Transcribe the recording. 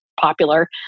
popular